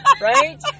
right